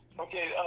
Okay